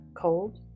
cold